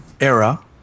Era